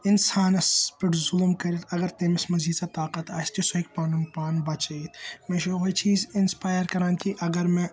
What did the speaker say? اِنسانَس پیٚٹھ ظُلُم کٔرِتھ اَگَر تٔمِس منٛز ییٖژاہ طاقَت آسہِ سُہ ہیٚکہِ پَنُن پان بَچٲوِتھ مےٚ چھُ یِہَے چیٖز اِنَسپایر کَران کہِ اَگَر مےٚ